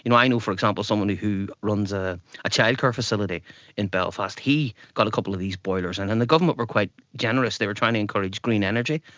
you know i know, for example, someone who runs ah a child-care facility in belfast. he got a couple of these boilers, and and the government were quite generous, they were trying to encourage green energy.